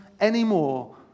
anymore